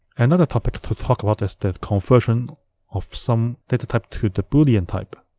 another topic to talk about is the conversion of some data type to the boolean type.